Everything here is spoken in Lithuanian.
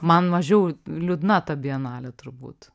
man mažiau liūdna ta bienalė turbūt